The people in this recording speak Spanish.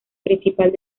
principal